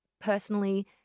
personally